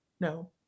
no